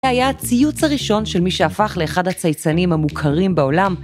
זה היה הציוץ הראשון של מי שהפך לאחד הצייצנים המוכרים בעולם.